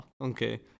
okay